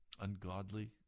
ungodly